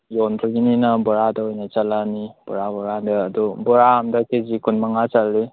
ꯌꯣꯟꯕꯒꯤꯅꯤꯅ ꯕꯣꯔꯗ ꯑꯣꯏꯅ ꯆꯠꯂꯛꯑꯅꯤ ꯕꯣꯔ ꯕꯣꯔꯗ ꯑꯗꯣ ꯕꯣꯔ ꯑꯃꯗ ꯀꯦ ꯖꯤ ꯀꯨꯟꯃꯉꯥ ꯆꯜꯂꯤ